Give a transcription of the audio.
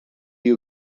you